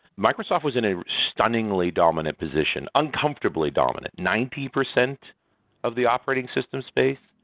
microsoft was in a stunningly dominant position, uncomfortably dominant, ninety percent of the operating system space.